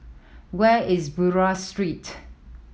where is Buroh Street